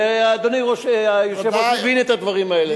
ואדוני היושב-ראש מבין את הדברים האלה.